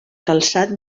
calçat